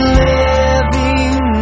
living